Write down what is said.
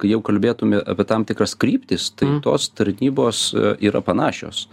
jeigu kalbėtume apie tam tikras kryptis tai tos tarnybos yra panašios